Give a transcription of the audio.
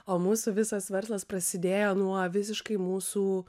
o mūsų visas verslas prasidėjo nuo visiškai mūsų